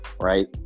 right